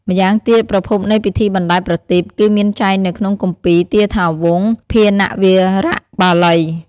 ម្យ៉ាងទៀត ប្រភពនៃពិធីបណ្ដែតប្រទីប គឺមានចែងនៅក្នុងគម្ពីរទាថាវង្ស ភាណវារៈបាលី។